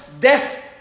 death